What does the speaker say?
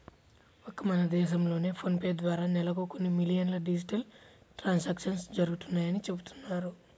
ఒక్క మన దేశంలోనే ఫోన్ పే ద్వారా నెలకు కొన్ని మిలియన్ల డిజిటల్ ట్రాన్సాక్షన్స్ జరుగుతున్నాయని చెబుతున్నారు